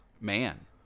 Man